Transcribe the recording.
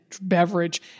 beverage